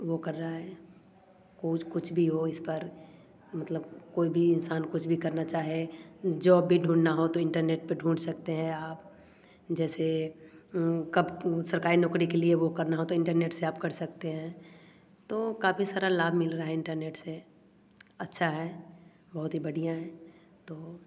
वो कर रहा है कोच कुछ भी हो इस पर मतलब कोई भी इंसान कुछ भी करना चाहे जॉब भी ढूंढना हो तो इंटरनेट पर ढूंढ सकते हैं आप जैसे कब सरकारी नौकरी के लिए वह करना हो तो इंटरनेट से आप कर सकते हैं तो काफ़ी सारा लाभ मिल रहा है इंटरनेट से अच्छा है बहुत ही बढ़िया है तो